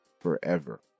forever